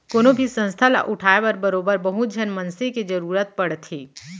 कोनो भी संस्था ल उठाय बर बरोबर बहुत झन मनसे के जरुरत पड़थे